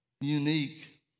unique